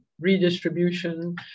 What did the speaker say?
redistribution